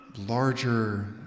larger